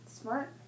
Smart